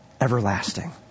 Everlasting